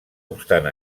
obstant